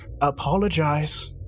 apologize